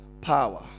power